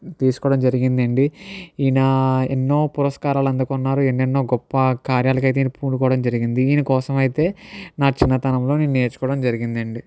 తీసుకోవడం జరిగిందండి ఈయన ఎన్నో పురస్కారాలు అందుకున్నారు ఎన్నెన్నో గొప్ప కార్యాలకైతే ఈయన పూనుకోవడం జరిగింది ఈయన కోసమైతే నా చిన్నతనంలో నేను నేర్చుకోవడం జరిగింది అండి